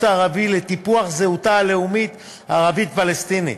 הערבי לטיפוח זהותה הלאומית הערבית-פלסטינית.